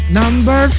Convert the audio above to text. number